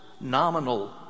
nominal